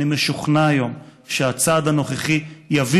אני משוכנע היום שהצעד הנוכחי יביא